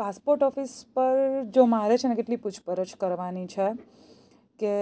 passport office પર જો મારે છે ને કેટલી પૂછપરછ કરવાની છે કે